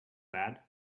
bad